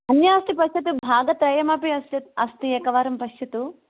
अन्यास्ति पश्यतु भागत्रयमपि अस्ति एकवारं पश्यतु